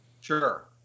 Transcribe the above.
Sure